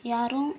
யாரும்